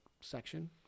section